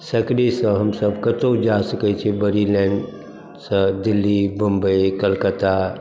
सकरीसँ हमसब कतहुँ जा सकैत छी बड़ी लाइनसँ दिल्ली मुम्बइ कलकत्ता